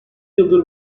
yıldır